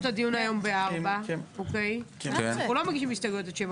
ומזה אנחנו גוזרים את תוכניות העבודה גם אנחנו וגם הגופים,